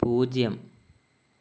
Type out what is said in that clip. പൂജ്യം